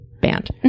band